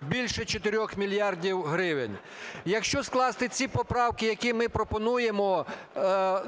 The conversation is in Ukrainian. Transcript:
більше 4 мільярдів гривень. Якщо скласти ці поправки, які ми пропонуємо